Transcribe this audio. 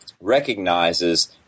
recognizes